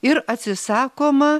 ir atsisakoma